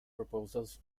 proposals